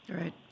Right